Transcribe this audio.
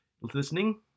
listening